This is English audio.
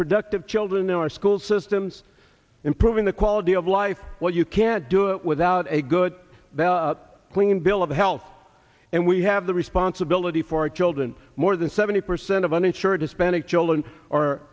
productive children in our school systems improving the quality of life well you can't do it without a good clean bill of health and we have the responsibility for our children more than seventy percent of uninsured hispanic children are